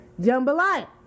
Jambalaya